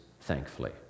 Thankfully